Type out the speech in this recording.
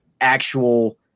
actual